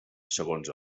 segons